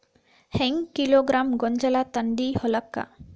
ಹೆಂಗ್ ಕಿಲೋಗ್ರಾಂ ಗೋಂಜಾಳ ತಂದಿ ಹೊಲಕ್ಕ?